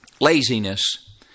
Laziness